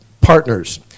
partners